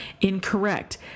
incorrect